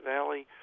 Valley